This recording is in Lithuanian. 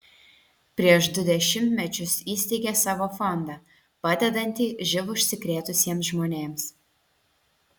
prieš du dešimtmečius įsteigė savo fondą padedantį živ užsikrėtusiems žmonėms